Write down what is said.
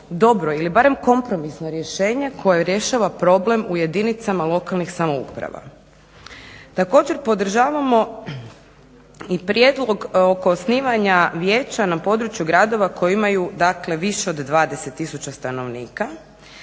dobro ili barem kompromisno rješenje koje rješava problem u jedinicama lokalnih samouprava. Također, podržavamo i prijedlog oko osnivanja vijeća na području gradova koji imaju dakle više od 20 tisuća stanovnika.